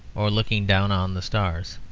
or looking down on the stars.